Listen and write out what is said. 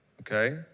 Okay